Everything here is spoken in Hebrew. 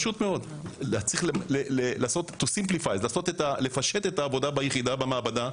צריך לפשט את העבודה ביחידה ובמעבדה,